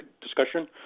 discussion